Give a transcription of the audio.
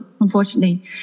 unfortunately